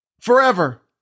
Forever